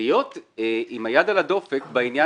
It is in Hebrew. ולהיות עם היד על הדופק בעניין